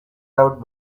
out